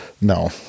No